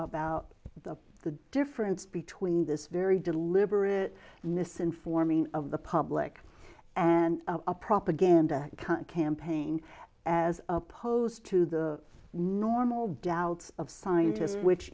about the difference between this very deliberate misinforming of the public and a propaganda campaign as opposed to the normal doubts of scientists which